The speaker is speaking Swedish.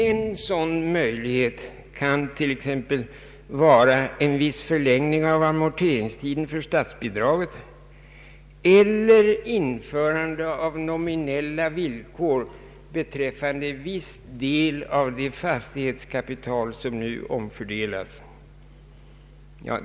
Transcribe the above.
En möjlighet kan t.ex. vara en viss förlängning av amorteringstiden för statsbidraget eller införandet av nominella villkor beträffande viss del av det fastighetskapital som nu omfördelas.